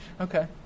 Okay